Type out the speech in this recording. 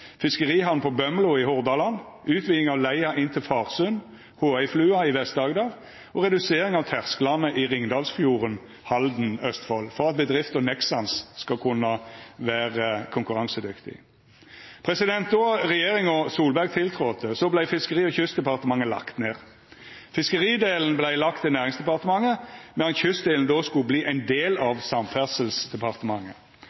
fiskerihamn på Bømlo i Hordaland utviding av leia inn til Farsund, Håøyflua i Vest-Agder redusering av tersklane i Ringdalsfjorden, Halden i Østfold, for at bedrifta Nexans skal kunna vera konkurransedyktig Då regjeringa Solberg tiltredde, vart Fiskeri- og kystdepartementet lagt ned. Fiskeridelen vart lagd til Næringsdepartementet, medan kystdelen då skulle verta ein del